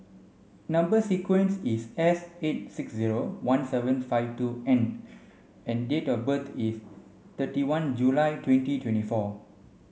number sequence is S eight six zero one seven five two N and date of birth is thirty one July twenty twenty four